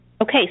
Okay